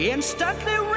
Instantly